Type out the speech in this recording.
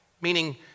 meaning